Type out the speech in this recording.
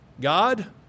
God